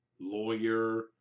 lawyer